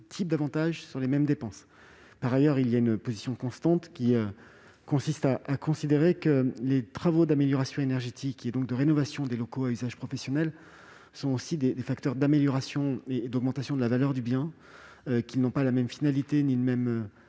types d'avantages sur les mêmes dépenses. Par ailleurs, il y a une position constante qui consiste à considérer que les travaux d'amélioration énergétique, et donc de rénovation, des locaux à usage professionnel sont aussi des facteurs d'augmentation de la valeur du bien. Ils n'ont pas la même finalité ni la même